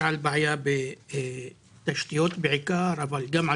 אני יכולה להביא לדוגמה את הכביש הראשי בעראבה שאפשר